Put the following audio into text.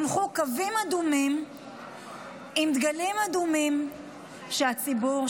הונחו קווים דומים עם דגלים אדומים שהציבור,